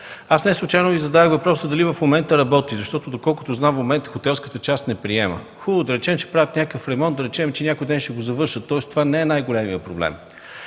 Неслучайно Ви зададох въпроса дали в момента работи. Доколкото знам, в момента хотелската част не приема. Хубаво, да речем, че правят някакъв ремонт, някой ден ще го завършат. Това не е най-големият проблем.